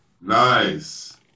Nice